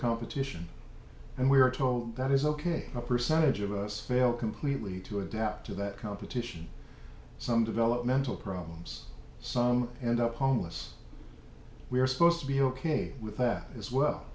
competition and we are told that is ok a percentage of us fail completely to adapt to that competition some developmental problems some and up homeless we are supposed to be ok with that as well